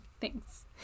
Thanks